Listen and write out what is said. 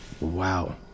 Wow